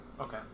Okay